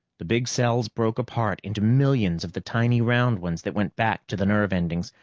the big cells broke apart into millions of the tiny round ones that went back to the nerve endings,